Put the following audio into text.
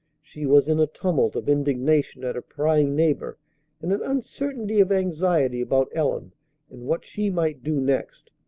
she was in a tumult of indignation at her prying neighbor and an uncertainty of anxiety about ellen and what she might do next.